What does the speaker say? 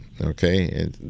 Okay